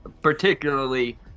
particularly